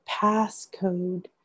passcode